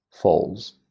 falls